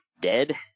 dead